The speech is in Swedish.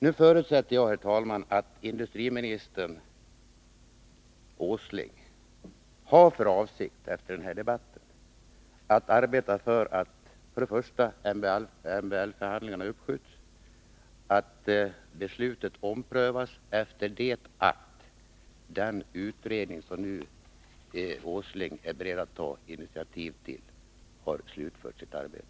Nu förutsätter jag, herr talman, att industriminister Åsling har för avsikt efter den här debatten att arbeta för att för det första MBL-förhandlingarna uppskjuts och för det andra att beslutet omprövas efter det att.den utredning som Nils Åsling nu är beredd att ta initiativ till har slutfört sitt arbete.